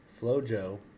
Flojo